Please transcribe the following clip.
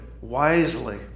wisely